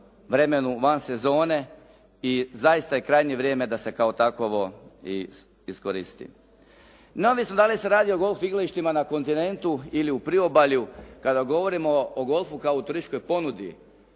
vremenu van sezone i zaista je krajnje vrijeme da se kao takvo i iskoristi. Neovisno da li se radi o golf igralištima na kontinentu ili u priobalju, kada govorimo o golfu kao o turističkoj ponudi,